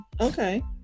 okay